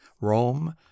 Rome